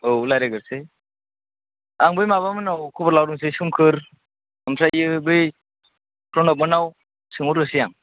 औ रायज्लायग्रोनोसै आं बै माबा मोननाव खबर लाहरनोसै सोमखोर ओमफ्राय बै प्रनब मोननाव सोंहरनोसै आं